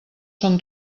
són